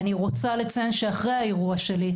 אני רוצה לציין שאחרי האירוע שלי,